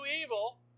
evil